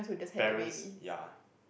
parents ya